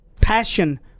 passion